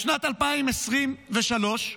בשנת 2023,